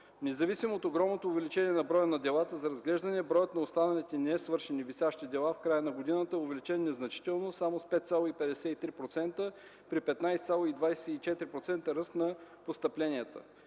Независимо от огромното увеличение на броя на делата за разглеждане, броят на останалите несвършени (висящи) дела в края на годината е увеличен незначително – само с 5,53% при 15,24% ръст на постъпленията.